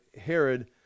Herod